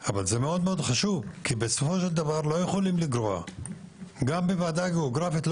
עם כל הכבוד לוועדה הגיאוגרפית,